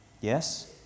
Yes